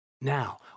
Now